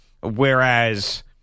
Whereas